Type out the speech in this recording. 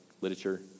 literature